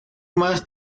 más